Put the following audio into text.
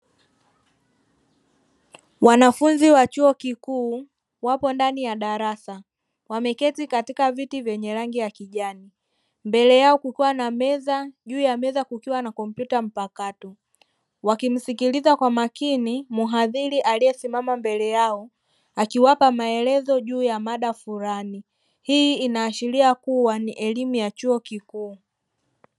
Wanafunzi wa chuo kikuu wapo ndani ya darasa wameketi katika viti venye rangi ya kijani, Mbele yao kukiwa na meza, juu ya meza kukiwa na kompyuta mpakato wakimsikiliza kwa makini muhadhiri aliyesimama mbele yao akiwapa maelezo juu ya maada fulani , Hii inaashiria kuwa ni elimu ya chuo kikuu.